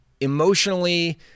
emotionally